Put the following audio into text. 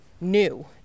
new